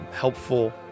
helpful